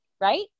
right